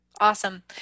awesome